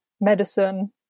medicine